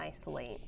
isolate